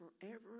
forever